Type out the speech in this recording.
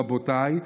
רבותיי,